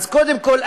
אז קודם כול,